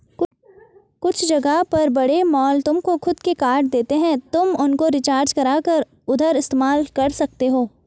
कुछ जगह पर बड़े मॉल तुमको खुद के कार्ड देते हैं तुम उनको रिचार्ज करा कर उधर इस्तेमाल कर सकते हो